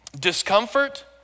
Discomfort